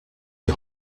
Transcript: die